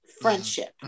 friendship